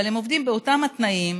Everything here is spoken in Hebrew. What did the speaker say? אבל הם עובדים באותם תנאים,